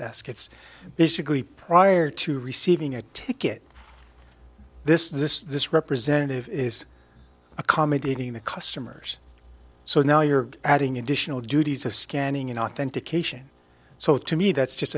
desk it's basically prior to receiving a ticket this is this this representative is accommodating the customers so now you're adding additional duties of scanning and authentication so to me that's just